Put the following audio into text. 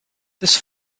this